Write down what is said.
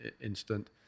instant